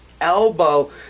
elbow